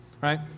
Right